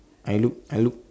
I look i look